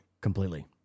Completely